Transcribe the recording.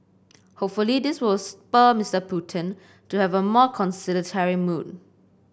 hopefully this will spur Mister Putin to have a more conciliatory mood